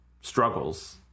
struggles